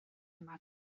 yma